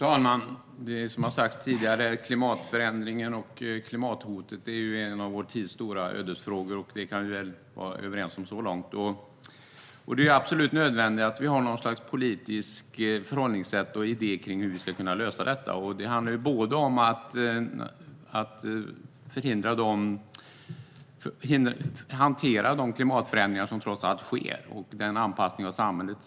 Fru talman! Som sagts här tidigare är klimatförändringen, klimathotet, en av vår tids stora ödesfrågor. Det kan vi väl vara överens om så här långt. Det är absolut nödvändigt att vi har något slags politiskt förhållningssätt och en idé om hur vi ska kunna lösa detta. Det handlar både om att hantera de klimatförändringar som trots allt sker och om en anpassning av samhället.